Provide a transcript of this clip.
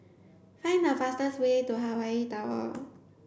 find the fastest way to Hawaii Tower